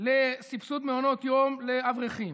לסבסוד מעונות יום לאברכים,